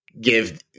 give